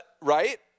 right